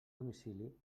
domicili